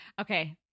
Okay